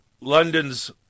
London's